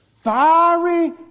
fiery